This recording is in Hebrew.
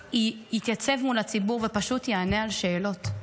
שיתייצב מול הציבור ופשוט יענה על שאלות.